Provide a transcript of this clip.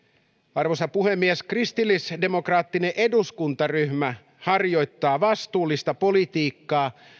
arvoisa puhemies kristillisdemokraattinen eduskuntaryhmä harjoittaa vastuullista politiikkaa